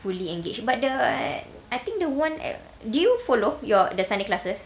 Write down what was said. fully engage but the w~ I think the one at do you follow your the sunday classes